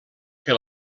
que